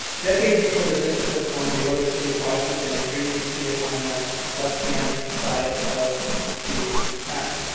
decades before the district of columbia or the city of washington, and here you can see it on the left-hand side of the map.